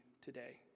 today